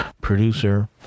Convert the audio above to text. producer